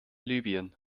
libyen